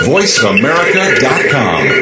VoiceAmerica.com